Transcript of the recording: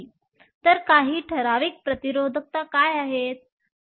तर काही ठराविक प्रतिरोधकता काय आहेत